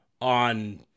On